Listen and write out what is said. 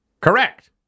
Correct